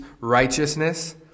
righteousness